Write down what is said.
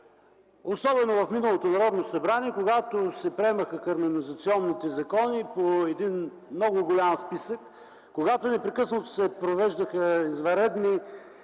Особено в миналото Народно събрание, когато се приемаха закони по един много голям списък, когато непрекъснато се провеждаха извънредни